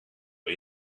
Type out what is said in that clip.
but